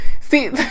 See